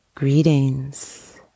Greetings